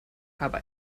aber